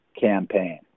campaign